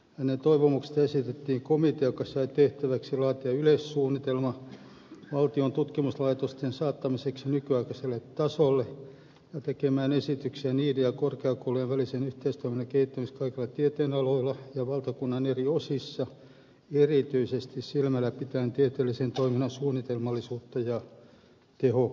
hänen toivomuksestaan esitettiin komitea joka sai tehtäväkseen laatia yleissuunnitelman valtion tutkimuslaitosten saattamiseksi nykyaikaiselle tasolle ja tehdä esityksiä niiden ja korkeakoulujen välisen yhteistoiminnan kehittämiseksi kaikilla tieteenaloilla ja valtakunnan eri osissa erityisesti silmälläpitäen tieteellisen toiminnan suunnitelmallisuutta ja tehokkuutta